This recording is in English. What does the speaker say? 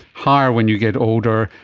higher when you get older,